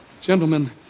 Gentlemen